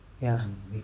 ya